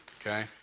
Okay